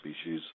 species